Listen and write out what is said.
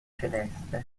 celeste